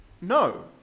no